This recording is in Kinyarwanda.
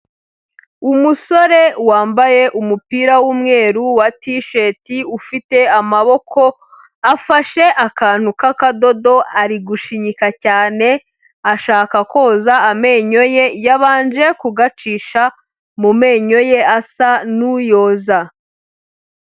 Umusore wambaye umupira w'umweru wa tisheti ufite amaboko, afashe akantu k'akadodo ari gushinyika cyane ashaka koza amenyo ye, yabanje kugacisha mu menyo ye asa n'uyoza.